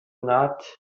not